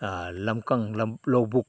ꯂꯝꯀꯪ ꯂꯧꯕꯨꯛ